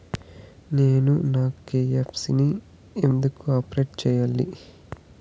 నేను నా కె.వై.సి ని ఎందుకు అప్డేట్ చెయ్యాలి?